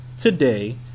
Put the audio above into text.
today